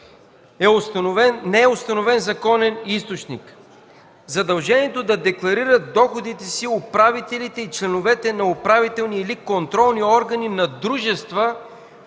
не е установен законен източник. Задължението управителите и членовете на управителни или контролни органи на дружества,